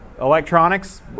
electronics